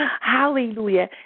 Hallelujah